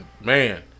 Man